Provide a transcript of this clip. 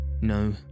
No